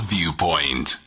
Viewpoint